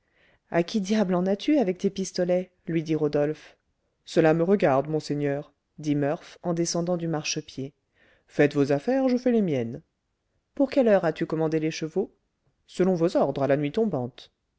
à qui diable en as-tu avec tes pistolets lui dit rodolphe cela me regarde monseigneur dit murph en descendant du marchepied faites vos affaires je fais les miennes pour quelle heure as-tu commandé les chevaux selon vos ordres à la nuit tombante